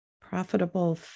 profitable